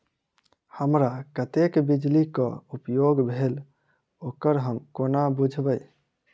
हमरा कत्तेक बिजली कऽ उपयोग भेल ओकर हम कोना बुझबै?